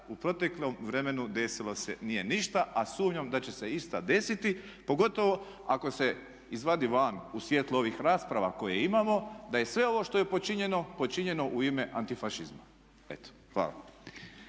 u proteklom vremenu desilo se nije ništa, a sumnjam da će se išta desiti pogotovo ako se izvadi van u svjetlu ovih rasprava koje imamo da je sve ovo što je počinjeno počinjeno u ime antifašizma. Eto, hvala.